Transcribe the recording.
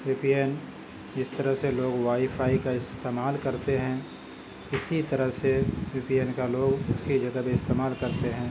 وی P N جس طرح سے لوگ وائی فائی کا استعمال کرتے ہیں اسی طرح سے وی پی این کا لوگ اسی جگہ پہ استعمال کرتے ہیں